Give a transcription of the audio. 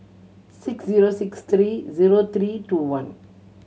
six zero six three zero three two one